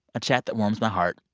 a chat that warms my heart,